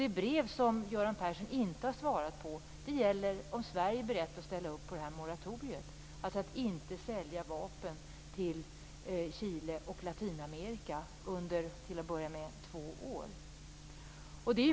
Det brev som Göran Persson inte har svarat på gäller om Sverige är berett att ställa upp på det här moratoriet, dvs. att inte sälja vapen till Chile och Latinamerika i övrigt under till att börja med två år.